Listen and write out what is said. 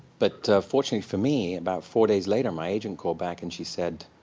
but fortunately for me, about four days later my agent called back and she said,